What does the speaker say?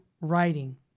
writing